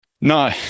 no